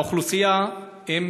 הוא יותר מכפול השיעור באוכלוסייה.